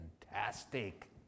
fantastic